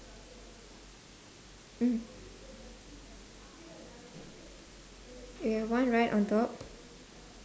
mm yeah one right on top